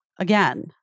Again